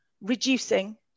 reducing